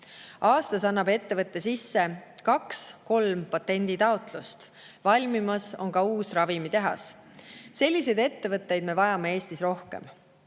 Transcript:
Aastas annab ettevõte sisse kaks-kolm patenditaotlust. Valmimas on ka uus ravimitehas. Selliseid ettevõtteid me vajame Eestis rohkem.